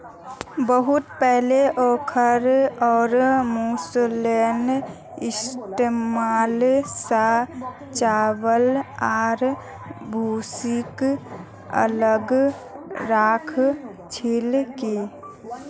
बहुत पहले ओखल और मूसलेर इस्तमाल स चावल आर भूसीक अलग राख छिल की